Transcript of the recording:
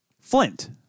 flint